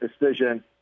decision